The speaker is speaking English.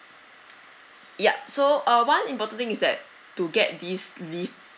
yup so uh one important thing is that to get this leave